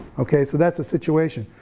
okay, so that's a situation.